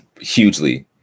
hugely